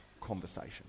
conversation